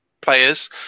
players